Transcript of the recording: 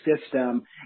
system